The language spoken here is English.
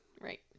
Right